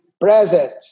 present